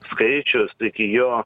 skaičius tai iki jo